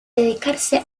dedicarse